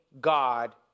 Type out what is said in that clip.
God